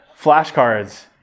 Flashcards